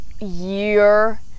year